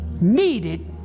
needed